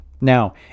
Now